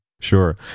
Sure